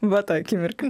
va ta akimirka